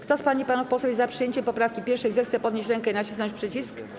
Kto z pań i panów posłów jest za przyjęciem poprawki 1., zechce podnieść rękę i nacisnąć przycisk.